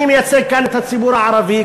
אני מייצג כאן את הציבור הערבי,